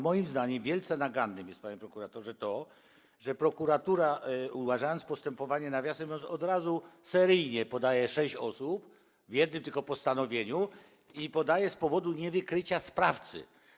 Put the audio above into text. Moim zdaniem wielce naganne, panie prokuratorze, jest to, że prokuratura, umarzając postępowanie - nawiasem mówiąc, od razu seryjnie podaje sześć osób w jednym tylko postanowieniu - podaje: z powodu niewykrycia sprawcy.